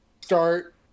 start